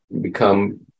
become